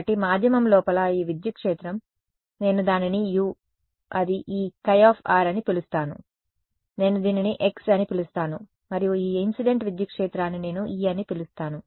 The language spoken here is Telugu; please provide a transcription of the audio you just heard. కాబట్టి మాధ్యమం లోపల ఈ విద్యుత్ క్షేత్రం నేను దానిని u అది ఈ χ అని పిలుస్తాను నేను దీనిని x అని పిలుస్తాను మరియు ఈ ఇన్సిడెంట్ విద్యుత్ క్షేత్రాన్ని నేను e అని పిలుస్తాను